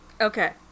Okay